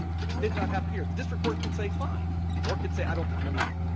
which did not happen here, the district court can say fine or can say i don't think you need it.